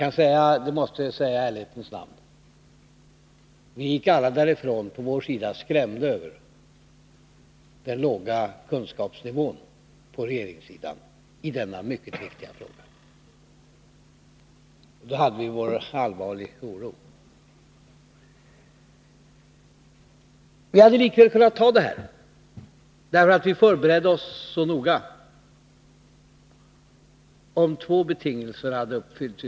Jag måste då i ärlighetens namn säga att vi gick alla därifrån på vår sida skrämda över den låga kunskapsnivå på regeringssidan i denna mycket viktiga fråga. Vi hade likväl kunnat godta projektet, därför att vi förberett oss så noga, om ytterligare två betingelser hade uppfyllts.